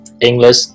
English